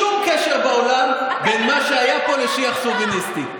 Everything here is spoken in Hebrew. שום קשר בעולם בין מה שהיה פה לשיח שוביניסטי.